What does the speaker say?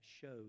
shows